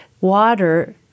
water